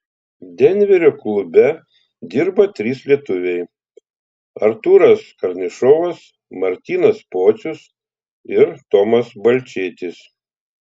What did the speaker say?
denverio klube dirba trys lietuviai artūras karnišovas martynas pocius ir tomas balčėtis